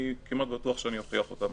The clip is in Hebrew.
אני כמעט בטוח שאני אוכיח אותן.